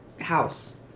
house